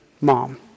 mom